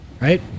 Right